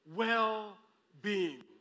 well-being